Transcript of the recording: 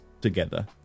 together